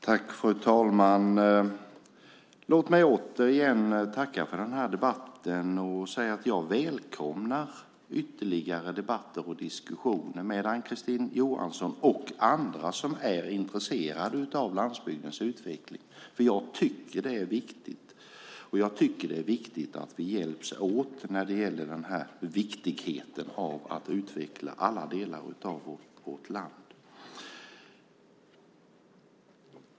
Fru talman! Låt mig åter tacka för den här debatten och säga att jag välkomnar ytterligare debatter och diskussioner med Ann-Kristine Johansson och andra som är intresserade av landsbygdens utveckling, för jag tycker att det är viktigt. Jag tycker att det är viktigt att vi hjälps åt när det gäller viktigheten av att utveckla alla delar av vårt land.